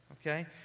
Okay